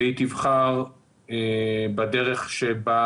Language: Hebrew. והיא תבחר בדרך שבה